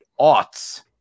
aughts